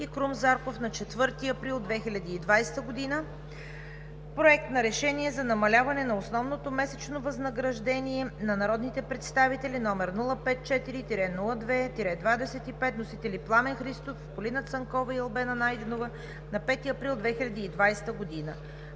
Крум Зарков на 4 април 2020 г.; Проект на решение за намаляване на основното месечно възнаграждение на народните представители, № 054-02-25, вносители Пламен Христов, Полина Цанкова и Албена Найденова на 5 април 2020 г.“